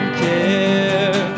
care